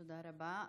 תודה רבה.